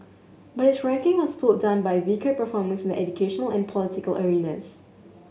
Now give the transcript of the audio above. but its ranking was pulled down by weaker performance in the educational and political arenas